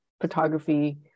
photography